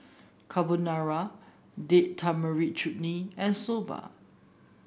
Carbonara Date Tamarind Chutney and Soba